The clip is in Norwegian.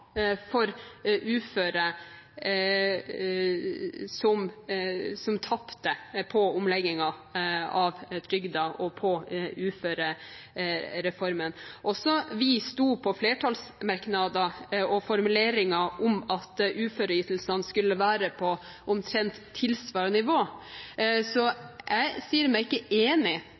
for uføre som tapte på omleggingen av trygder og på uførereformen. Også vi sto på flertallsmerknader og formuleringer om at uføreytelsene skulle være på omtrent tilsvarende nivå.